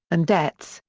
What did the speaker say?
and debts,